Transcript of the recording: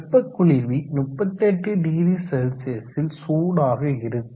வெப்ப குளிர்வி 380C ல் சூடாக இருக்கும்